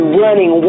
running